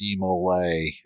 Demolay